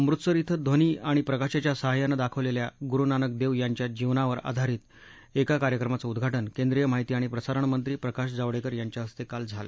अमृतसर क्षें ध्वनि आणि प्रकाशाच्या साहाय्यानं दाखवलेल्या गुरु नानक देव यांच्या जीवनावर आधारित एका कार्यक्रमाचं उद्घाटन केंद्रीय माहिती आणि प्रसारणमंत्री प्रकाश जावडेकर यांच्या हस्ते काल झालं